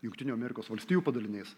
jungtinių amerikos valstijų padaliniais